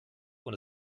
und